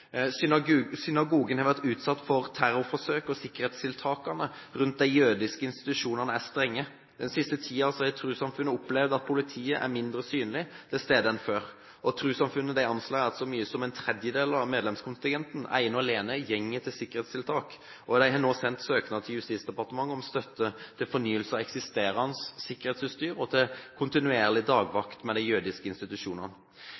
jødehatet. Synagogen har vært utsatt for terrorforsøk, og sikkerhetstiltakene rundt de jødiske institusjonene er strenge. Den siste tiden har trossamfunnet opplevd at politiet er mindre synlig, til stede, enn før. Trossamfunnet anslår at så mye som en tredel av medlemskontingenten ene og alene går til sikkerhetstiltak. De har nå sendt søknad til Justisdepartementet om støtte til fornyelse av eksisterende sikkerhetsutstyr og til kontinuerlig